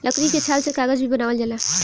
लकड़ी के छाल से कागज भी बनावल जाला